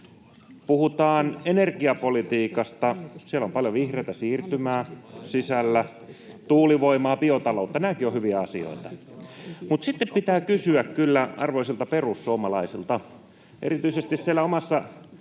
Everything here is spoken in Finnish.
Puhutaan energiapolitiikasta, siellä on paljon vihreätä siirtymää sisällä, tuulivoimaa, biotaloutta — nämäkin ovat hyviä asioita. Mutta sitten pitää kysyä kyllä arvoisilta perussuomalaisilta. Erityisesti siellä omassa